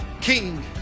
king